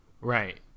Right